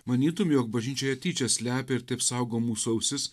manytum jog bažnyčia ją tyčia slepia ir taip saugo mūsų ausis